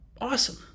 awesome